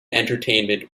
entertainment